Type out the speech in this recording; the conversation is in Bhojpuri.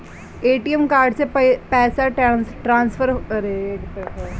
ए.टी.एम कार्ड से पैसा ट्रांसफर होला का?